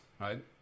right